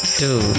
two